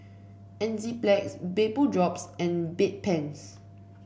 Enzyplex Vapodrops and Bedpans